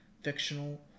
fictional